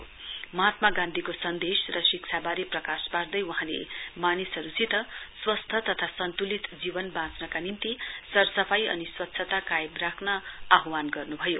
वहाँले महात्मा गान्धीको सन्देश र शिक्षावारे प्रकाश पार्दै मन्त्रीले मानिसहरू सित स्वस्थ्य तथा सन्तुलित जीवन बाँच्नका निम्ति सरसफाई अनि स्वच्छता कायम राख्न आहवान गर्नुभयो